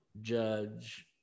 judge